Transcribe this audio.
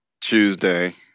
Tuesday